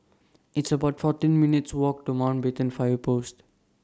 It's about fourteen minutes' Walk to Mountbatten Fire Post